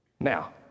Now